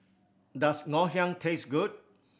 does Ngoh Hiang taste good